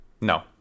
No